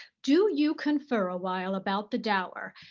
do you confer a while about the dower,